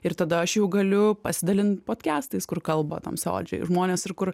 ir tada aš jau galiu pasidalint podkestais kur kalba tamsiaodžiai žmonės ir kur